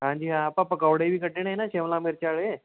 ਹਾਂਜੀ ਹਾਂ ਆਪਾਂ ਪਕੌੜੇ ਵੀ ਕੱਢਣੇ ਨਾ ਸ਼ਿਮਲਾ ਮਿਰਚ ਵਾਲੇ